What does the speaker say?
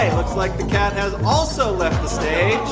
looks like the cat has also left the stage.